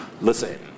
Listen